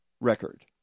record